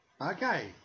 Okay